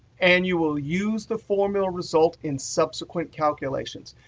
and you will use the formula result in subsequent calculations.